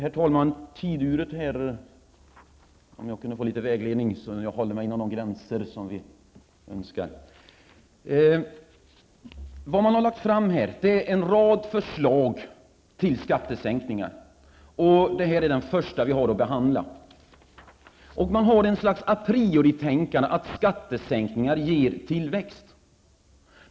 Vad regeringen har lagt fram är en rad förslag till skattesänkningar, och det här är det första vi har att behandla. Man har ett slags aprioritänkande, att skattesänkningar ger tillväxt.